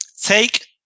take